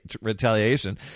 retaliation